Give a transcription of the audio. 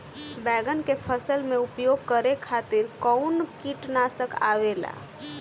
बैंगन के फसल में उपयोग करे खातिर कउन कीटनाशक आवेला?